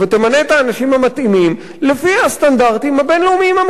האנשים המתאימים לפי הסטנדרטים הבין-לאומיים המקובלים,